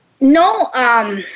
no